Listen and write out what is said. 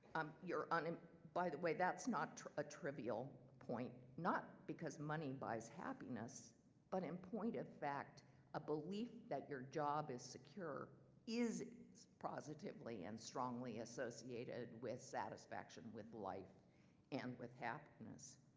um and um by the way, that's not a trivial point. not because money buys happiness but in point of fact a belief that your job is secure is positively and strongly associated with satisfaction with life and with happiness.